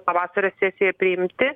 pavasario sesija priimti